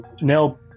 now